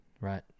Right